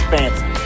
Fancy